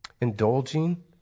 indulging